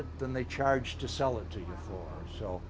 it than they charge to sell it